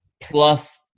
plus